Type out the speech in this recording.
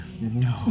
no